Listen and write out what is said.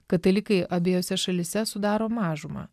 katalikai abiejose šalyse sudaro mažumą